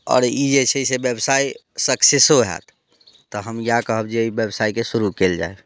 आओर ई जे छै व्यवसाय सक्सेसो होयत तऽ हम इएह कहब जे ई व्यवसायके शुरू कयल जाय